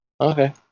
Okay